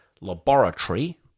Laboratory